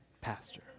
Pastor